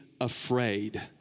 afraid